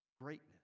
greatness